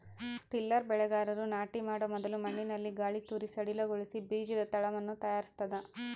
tiller ಬೆಳೆಗಾರರು ನಾಟಿ ಮಾಡೊ ಮೊದಲು ಮಣ್ಣಿನಲ್ಲಿ ಗಾಳಿತೂರಿ ಸಡಿಲಗೊಳಿಸಿ ಬೀಜದ ತಳವನ್ನು ತಯಾರಿಸ್ತದ